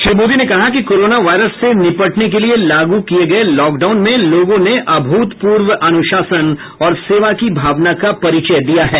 श्री मोदी ने कहा कि कोरोना वायरस से निपटने के लिए लागू किए गए लॉकडाउन में लोगों ने अभूतपूर्व अनुशासन और सेवा की भावना का परिचय दिया है